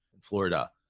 Florida –